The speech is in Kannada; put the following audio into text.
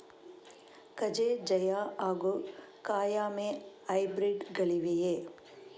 ಕಜೆ ಜಯ ಹಾಗೂ ಕಾಯಮೆ ಹೈಬ್ರಿಡ್ ಗಳಿವೆಯೇ?